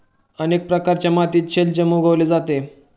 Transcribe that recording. अनेक प्रकारच्या मातीत शलजम उगवले जाते